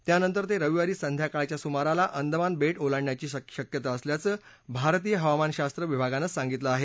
त्यानंतर ते रविवारी संध्याकाळच्या सुमाराला ते अंदमान बेटं ओलांडण्याची शक्यता असल्याचं भारतीय हवामानशास्त्र विभागानं सांगितलं आहे